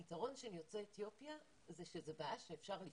היתרון של יוצאי אתיופיה הוא שזאת בעיה שאפשר לפתור.